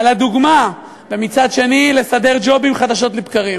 על הדוגמה, ומצד שני לסדר ג'ובים חדשות לבקרים.